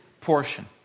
portion